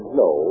no